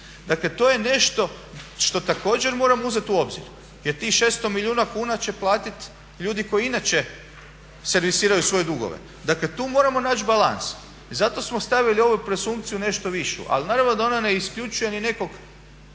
Dakle to je nešto što također moramo uzeti u obzir. Jer tih 600 milijuna kuna će platiti ljudi koji inače servisiraju svoje dugove. Dakle tu moramo naći balans i zato smo stavili ovu presumpciju nešto višu. Ali naravno da ona ne isključuje ni nekog